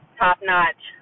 top-notch